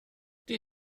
die